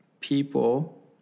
people